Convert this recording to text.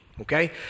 Okay